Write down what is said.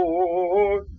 Lord